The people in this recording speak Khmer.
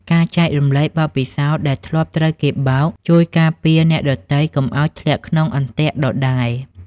ការចែករំលែកបទពិសោធន៍ដែលធ្លាប់ត្រូវគេបោក ជួយការពារអ្នកដទៃកុំឱ្យធ្លាក់ក្នុងអន្ទាក់ដដែល។